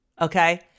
Okay